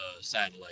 satellite